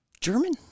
German